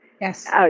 Yes